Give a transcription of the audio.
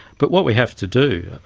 but what we have to do.